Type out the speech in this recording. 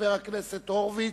וחבר הכנסת הורוביץ.